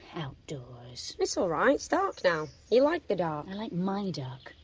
outdoors. it's alright, it's dark now, you like the dark. i like my dark.